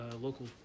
local